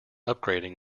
upgrading